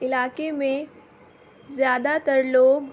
علاقے میں زیادہ تر لوگ